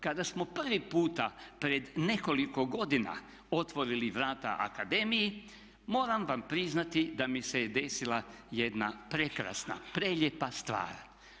Kada smo prvi puta pred nekoliko godina otvorili vrata akademiji moram vam priznati da mi se desila jedna prekrasna, prelijepa stvar.